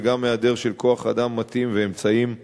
וגם היעדר של כוח-אדם מתאים ואמצעים מוגברים.